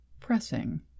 pressing